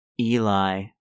Eli